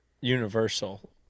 universal